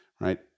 Right